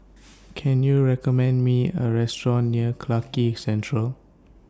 Can YOU recommend Me A Restaurant near Clarke Quay Central